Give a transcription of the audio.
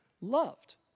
loved